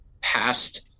past